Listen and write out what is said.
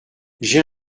j’ai